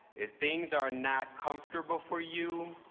if things are not comfortable for you,